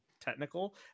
technical